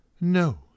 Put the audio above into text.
No